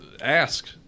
ask